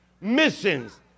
missions